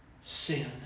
Sin